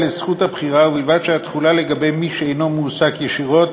ובלבד שהתחולה לגבי מי שאינו מועסק ישירות